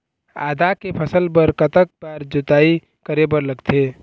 आदा के फसल बर कतक बार जोताई करे बर लगथे?